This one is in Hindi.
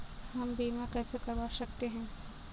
हम बीमा कैसे करवा सकते हैं?